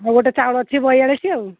ହଉ ଗୋଟେ ଚାଉଳ ଅଛି ବୟାଳିଶ ଆଉ